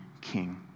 king